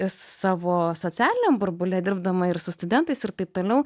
savo socialiniam burbule dirbdama ir su studentais ir taip toliau